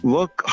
Work